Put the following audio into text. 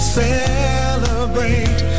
celebrate